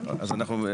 אז אנחנו,